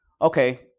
okay